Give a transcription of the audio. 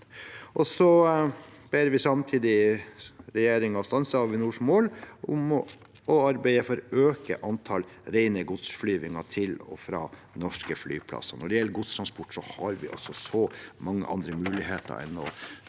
Vi ber samtidig regjeringen stanse Avinors mål om og arbeid for å øke antall rene godsflygninger til og fra norske flyplasser. Når det gjelder godstransport, har vi så mange andre muligheter enn å